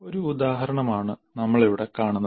ഒരു ഉദാഹരണമാണ് നമ്മൾ ഇവിടെ കാണുന്നത്